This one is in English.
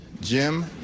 Jim